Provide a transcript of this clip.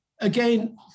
again